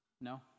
No